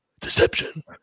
Deception